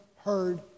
heard